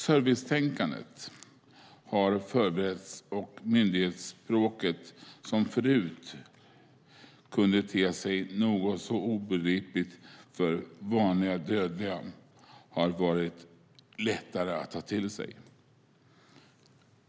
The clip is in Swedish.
Servicetänkandet har förbättrats och myndighetsspråket, som förut kunde te sig nog så obegripligt för vanliga dödliga, har blivit lättare att ta till sig.